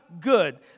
good